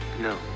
no